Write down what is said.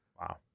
Wow